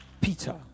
Peter